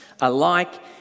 alike